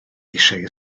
eisiau